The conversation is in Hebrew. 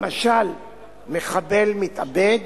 למשל מחבל מתאבד,